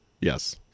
Yes